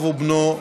אב ובנו,